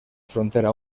frontera